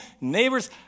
neighbors